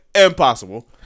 Impossible